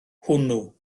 hwnnw